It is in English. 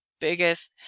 biggest